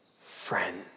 friend